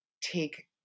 take